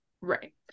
Right